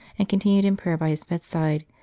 and continued in prayer by his bedside,